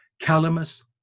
Calamus